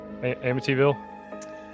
Amityville